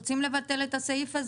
רוצים לבטל את הסעיף הזה.